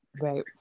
Right